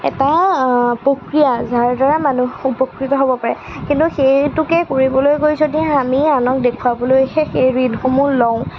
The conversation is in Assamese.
এটা প্ৰক্ৰিয়া যাৰ দ্বাৰা মানুহে উপকৃত হ'ব পাৰে কিন্তু সেইটোকে কৰিবলৈ গৈ যদি আমি আনক দেখুৱাবলৈহে সেই ঋণসমূহ লওঁ